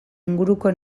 inguruko